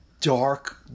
dark